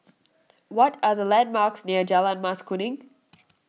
what are the landmarks near Jalan Mas Kuning